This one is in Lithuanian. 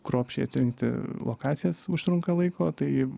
kruopščiai atsirinkti lokacijas užtrunka laiko tai